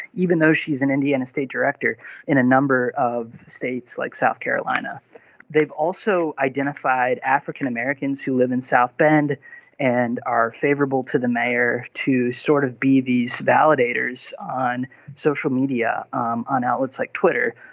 even though she is an indiana state director in a number of states like south carolina they've also identified african-americans who live in south bend and are favorable to the mayor to sort of be these validators on social media um on outlets like twitter.